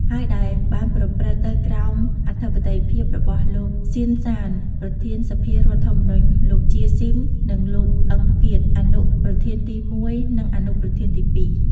ហើយ ដែលបានប្រព្រឹត្តទៅក្រោមអធិបតីភាពរបស់លោក សឺន សាន ប្រធានសភាធម្មនុញ្ញ លោក ជា ស៊ីម និងលោក អ៊ឹង គៀត អនុប្រធានទី១ និងអនុប្រធានទី២។